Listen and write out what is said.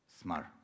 Smart